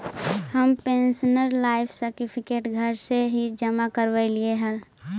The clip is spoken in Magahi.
हम पेंशनर लाइफ सर्टिफिकेट घर से ही जमा करवइलिअइ हल